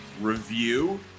review